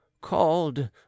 called